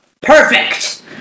Perfect